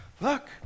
Look